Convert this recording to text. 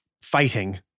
fighting